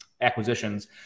acquisitions